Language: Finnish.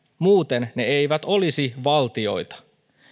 muuten ne eivät olisi valtioita